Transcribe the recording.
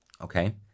Okay